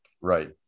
Right